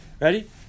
Ready